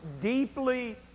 deeply